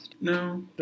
No